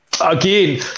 again